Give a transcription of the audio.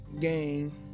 gang